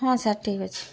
ହଁ ସାର୍ ଠିକ୍ ଅଛି